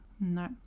No